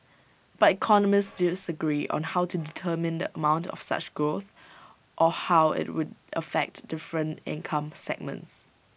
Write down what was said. but economists disagree on how to determine the amount of such growth or how IT would affect different income segments